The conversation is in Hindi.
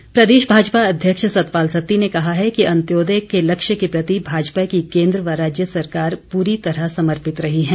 सत्ती प्रदेश भाजपा अध्यक्ष सतपाल सत्ती ने कहा है कि अंत्योदय के लक्ष्य के प्रति भाजपा की केन्द्र व राज्य सरकार पूरी तरह समर्पित रही है